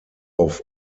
auf